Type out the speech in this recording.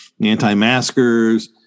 anti-maskers